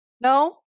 No